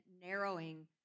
narrowing